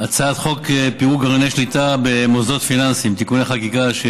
הצעת חוק פירוק גרעיני שליטה במוסדות פיננסיים (תיקוני חקיקה),